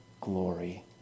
glory